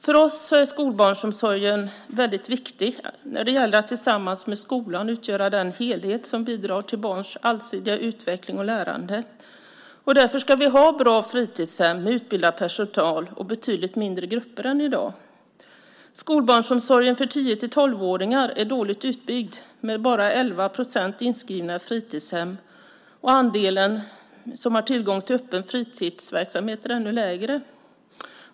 För oss är skolbarnsomsorgen väldigt viktig när det gäller att tillsammans med skolan utgöra den helhet som bidrar till barns allsidiga utveckling och lärande. Därför ska vi ha bra fritidshem med utbildad personal, och vi ska ha betydligt mindre grupper än i dag. Skolbarnsomsorgen för tio-tolv-åringar är dåligt utbyggd. Bara 11 procent av dem är inskrivna i fritidshem. Och andelen som har tillgång till öppen fritidsverksamhet är ännu mindre.